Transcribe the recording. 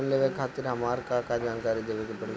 Loan लेवे खातिर हमार का का जानकारी देवे के पड़ी?